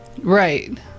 Right